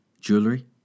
jewelry